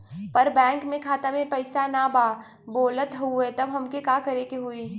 पर बैंक मे खाता मे पयीसा ना बा बोलत हउँव तब हमके का करे के होहीं?